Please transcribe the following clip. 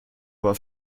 war